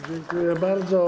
Dziękuję bardzo.